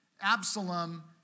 Absalom